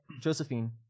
Josephine